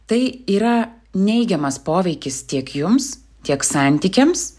tai yra neigiamas poveikis tiek jums tiek santykiams